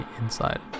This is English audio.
inside